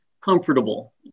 comfortable